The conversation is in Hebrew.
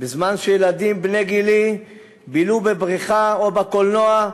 בזמן שילדים בני גילי בילו בבריכה או בקולנוע.